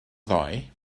ddoe